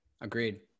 Agreed